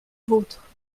vôtre